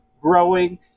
growing